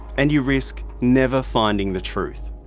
and you risk. never finding the truth.